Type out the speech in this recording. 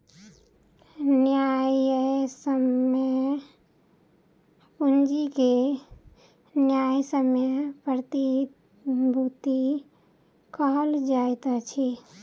न्यायसम्य पूंजी के न्यायसम्य प्रतिभूति कहल जाइत अछि